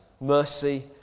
mercy